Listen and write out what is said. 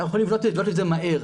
אנחנו יכולים לבנות את זה מהר.